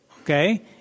okay